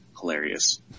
hilarious